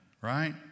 right